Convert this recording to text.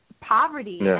poverty